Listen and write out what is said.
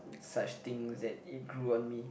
such things that it grew on me